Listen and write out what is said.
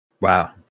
Wow